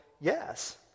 yes